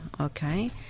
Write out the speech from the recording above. Okay